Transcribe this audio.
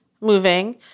moving